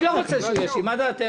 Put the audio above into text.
אני לא רוצה שהוא ישיב, מה דעתך?